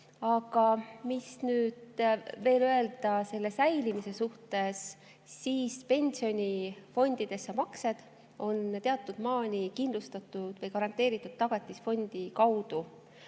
Aga mida veel öelda selle säilimise kohta? Maksed pensionifondidesse on teatud maani kindlustatud või garanteeritud Tagatisfondi kaudu